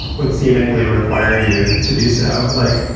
would seemingly require you to do so, like,